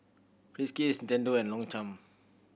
Friskies Nintendo and Longchamp